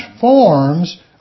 forms